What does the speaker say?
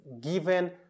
given